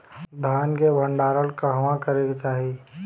धान के भण्डारण कहवा करे के चाही?